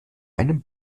einem